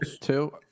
Two